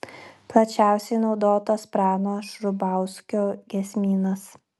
plačiausiai naudotas prano šrubauskio giesmynas